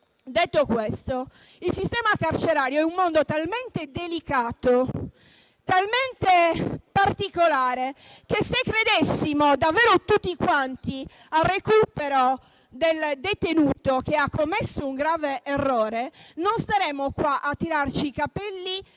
Il sistema carcerario è un mondo talmente delicato e particolare che, se credessimo davvero tutti al recupero del detenuto che ha commesso un grave errore, non staremmo qua a tirarci i capelli